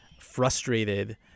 frustrated